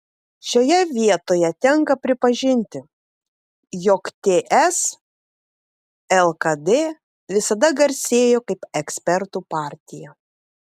šioje vietoje tenka pripažinti jog ts lkd visada garsėjo kaip ekspertų partija